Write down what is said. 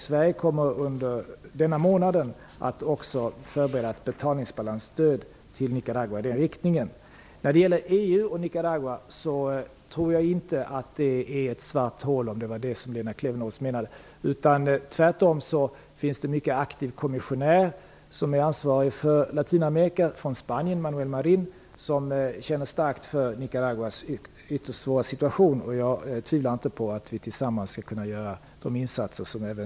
Sverige kommer under denna månad att förbereda ett betalningsbalansstöd till Nicaragua i nämnda riktning. När det gäller EU och Nicaragua tror jag inte att det är fråga om ett svart hål - om det nu var det som Lena Klevenås menade. Tvärtom finns det en mycket aktiv spansk kommissionär som är ansvarig för Latinamerika, Manuel Marín. Han känner starkt för Nicaraguas ytterst svåra situation. Jag tvivlar inte på att vi tillsammans skall kunna göra de insatser som även